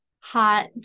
hot